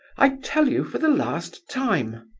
i tell you for the last time.